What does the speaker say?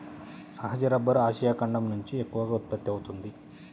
సహజ rubber Asia ఖండం నుంచే ఎక్కువగా ఉత్పత్తి అవుతోంది